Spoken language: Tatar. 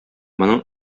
моның